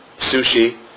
sushi